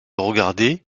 regardait